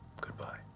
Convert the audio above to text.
goodbye